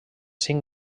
cinc